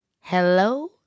Hello